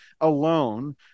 alone